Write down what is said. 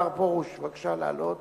השר פרוש, בבקשה לעלות.